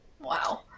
Wow